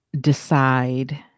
decide